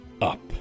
up